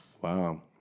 Wow